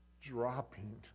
dropping